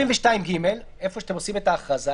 בני פרץ, נמצא אתנו.